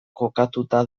kokatuta